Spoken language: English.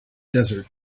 desert